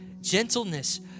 gentleness